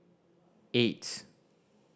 eight